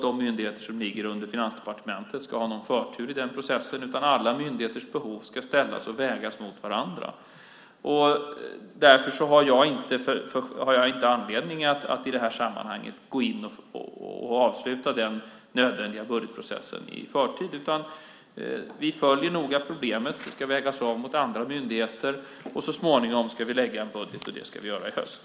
De myndigheter som ligger under Finansdepartementet ska inte ha någon förtur i den processen, utan alla myndigheters behov ska ställas och vägas mot varandra. Därför har jag inte anledning att i det här sammanhanget gå in och avsluta den nödvändiga budgetprocessen i förtid, utan vi följer noga problemet. Det ska vägas av mot andra myndigheter. Så småningom ska vi lägga fram en budget och det ska vi göra i höst.